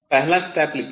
पहला स्टेप लिखें